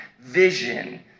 vision